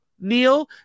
Neil